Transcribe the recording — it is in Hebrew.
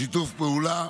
בשיתוף פעולה